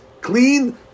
clean